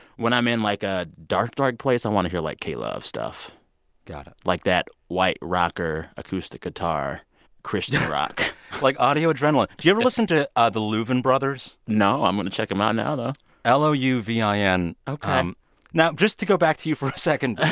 when i'm in, like, a dark, dark place, i want to hear, like, k-love stuff got it like that white rocker acoustic guitar christian rock like audio adrenaline. did you ever listen to ah the louvin brothers? no. i'm going to check them out now, though l o u v i n ok um now, just to go back to you for a second.